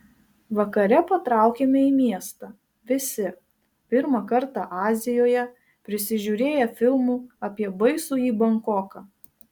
vakare patraukėme į miestą visi pirmą kartą azijoje prisižiūrėję filmų apie baisųjį bankoką